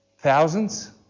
Thousands